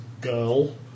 girl